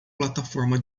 plataforma